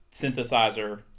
synthesizer